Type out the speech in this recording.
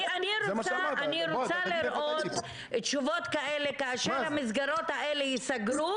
אני רוצה לראות תשובות כאלה כאשר המסגרות האלה ייסגרו